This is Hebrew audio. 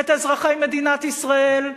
את אזרחי מדינת ישראל,